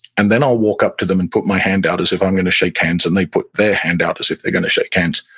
and then i'll walk up to them and put my hand out as if i'm going to shake hands, and they put their hand out as if they're going to shake hands.